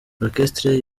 orchestre